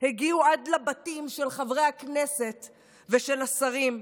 הגיעו עד לבתים של חברי הכנסת ושל השרים,